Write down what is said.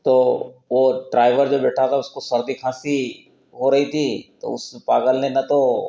तो ओ ड्राइवर जो बैठा था उसको सर्दी खाँसी हो रही थी तो उस पागल ने न तो